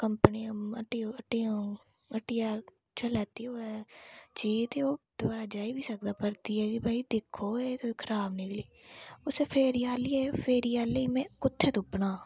company हट्टी हट्टियै च लैती होऐ चीज़ ते ओह् दवारा जाई बी सकदा परतियै कि भाई दिक्खो खराब निकली उसी फेरी आह्ले में कुत्थै तुप्पना